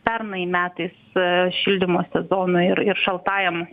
pernai metais šildymo sezonui ir ir šaltajam